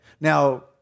Now